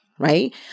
right